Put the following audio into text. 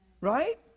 Right